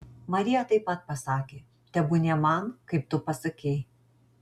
marija taip pat pasakė tebūnie man kaip tu pasakei